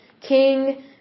King